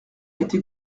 été